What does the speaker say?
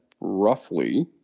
roughly